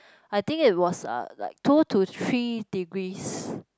I think it was uh like two to three degrees